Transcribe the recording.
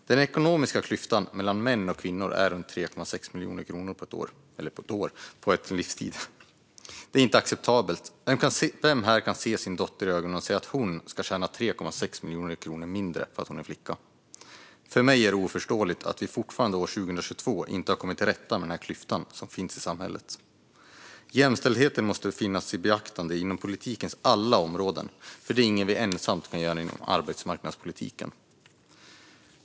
Den ekonomiska klyftan mellan män och kvinnor är runt 3,6 miljoner kronor under en livstid. Det är inte acceptabelt. Vem här kan se sin dotter i ögonen och säga att hon ska tjäna 3,6 miljoner kronor mindre för att hon är flicka? För mig är det oförståeligt att vi fortfarande år 2022 inte har kommit till rätta med den klyfta som finns i samhället. Jämställdheten måste tas i beaktande inom politikens alla områden, för det är inget som vi ensamt kan göra inom arbetsmarknadspolitiken.